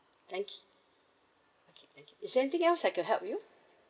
thank is there anything else I can help you